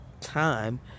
time